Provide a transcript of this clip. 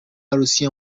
عروسی